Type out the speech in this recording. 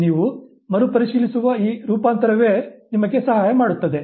ನೀವು ಮರುಪರಿಶೀಲಿಸುವ ಈ ರೂಪಾಂತರವೇ ನಿಮಗೆ ಸಹಾಯ ಮಾಡುತ್ತದೆ